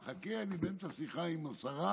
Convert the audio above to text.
חכה, אני באמצע שיחה עם השרה,